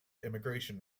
immigration